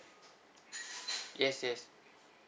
yes yes